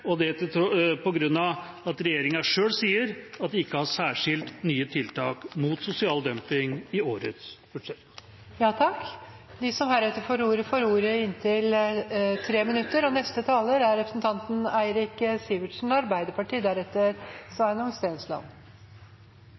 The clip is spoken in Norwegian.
og det er på grunn av at regjeringa selv sier at de ikke har særskilte nye tiltak mot sosial dumping i årets budsjett. De talere som heretter får ordet, har en taletid på inntil 3 minutter. Høy sysselsetting og et organisert arbeidsliv er